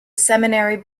seminary